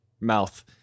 mouth